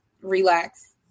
relax